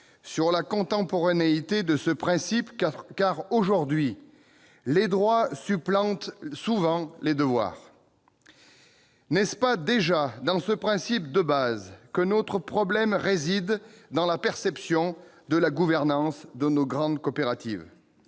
sur la contemporanéité de ce principe, car, aujourd'hui, les droits supplantent souvent les devoirs. N'est-ce pas déjà dans ce principe de base que notre problème réside, dans la perception de la gouvernance de nos grandes coopératives ?